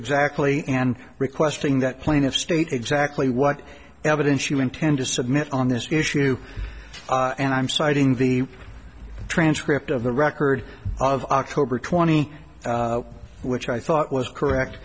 exactly and requesting that plaintive state exactly what evidence you intend to submit on this issue and i'm citing the transcript of the record of october twenty which i thought was correct